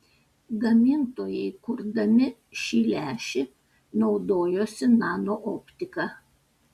gamintojai kurdami šį lęšį naudojosi nanooptika